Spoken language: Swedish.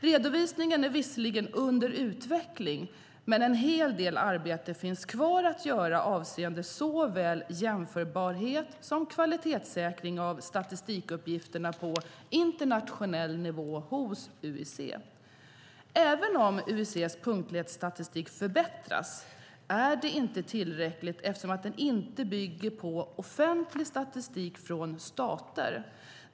Redovisningen är visserligen under utveckling, men en hel del arbete finns kvar att göra avseende såväl jämförbarhet som kvalitetssäkring av statistikuppgifterna på internationell nivå hos UIC. Även om UIC:s punktlighetsstatistik förbättras är det inte tillräckligt eftersom den inte bygger på offentlig statistik från stater.